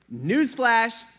Newsflash